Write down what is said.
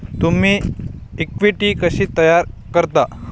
तुम्ही इक्विटी कशी तयार करता?